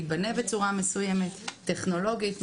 יבנה בצורה מסוימת טכנולוגית,